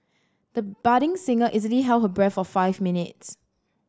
the budding singer easily held her breath for five minutes